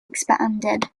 expanded